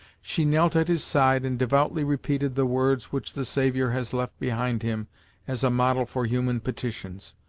she knelt at his side and devoutly repeated the words which the saviour has left behind him as a model for human petitions.